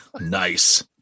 Nice